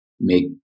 make